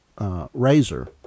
Razor